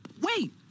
wait